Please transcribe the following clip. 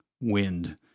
wind